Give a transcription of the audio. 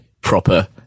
proper